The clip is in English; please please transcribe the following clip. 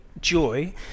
joy